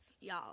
y'all